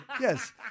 yes